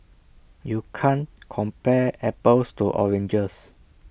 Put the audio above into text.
you can't compare apples to oranges